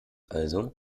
also